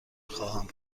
خواهم